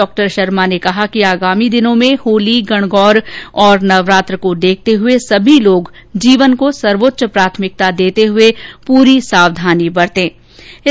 डॉ शर्मा ने कहा कि आगामी दिनों में होली गणगौर और नवरात्र को देखते हुए सभी लोग जीवन को सर्वोच्च प्राथमिकता देते हुए पूरी सावधानी बरतें और भीड़ से दूर रहें